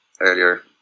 earlier